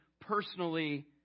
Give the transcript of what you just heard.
personally